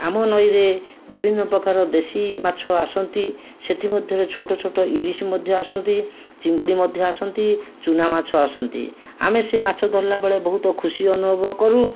ଆମ ନଈରେ ବିଭିନ୍ନ ପ୍ରକାର ଦେଶୀ ମାଛ ଆସନ୍ତି ସେଥି ମଧ୍ୟରେ ଛୋଟ ଛୋଟ ଇଲିସି ମଧ୍ୟ ଆସନ୍ତି ଚିଙ୍ଗୁଡ଼ି ମଧ୍ୟ ଆସନ୍ତି ଚୂନା ମାଛ ଆସନ୍ତି ଆମେ ସେହି ମାଛ ଧରିଲାବେଳେ ବହୁତ ଖୁସି ଅନୁଭବ କରୁ